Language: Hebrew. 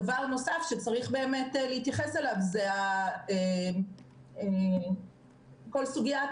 דבר נוסף שצריך להתייחס אליו זה כל סוגיית